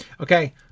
Okay